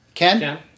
Ken